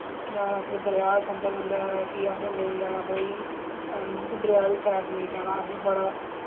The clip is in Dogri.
जां इत्थै दरेआ कंडै कंडै कि असें नेईं जाना तोईं फन मतलब कि दरेआ आह्ली साइड नेईं जाना असें बड़ा